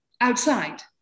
outside